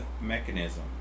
Mechanism